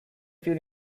fuel